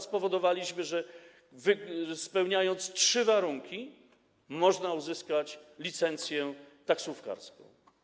Spowodowaliśmy, że spełniając trzy warunki, można uzyskać licencję taksówkarską.